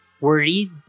worried